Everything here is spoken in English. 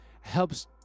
helps